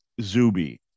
Zuby